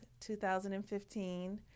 2015